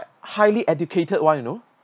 highly educated one you know